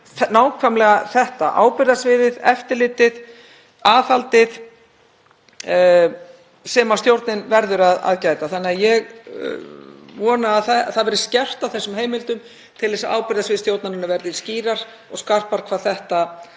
nákvæmlega þetta; ábyrgðarsviðið, eftirlitið, aðhaldið sem stjórnin verður að gæta. Þannig að ég vona að það verði skerpt á þessum heimildum til þess að ábyrgðarsvið stjórnarinnar verði skýrara og skarpara hvað þetta